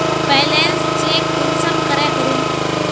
Balance check कुंसम करे करूम?